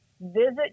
visit